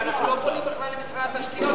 אנחנו לא פונים בכלל אל משרד התשתיות,